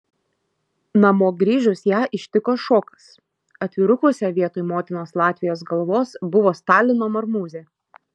namo grįžus ją ištiko šokas atvirukuose vietoj motinos latvijos galvos buvo stalino marmūzė